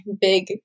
big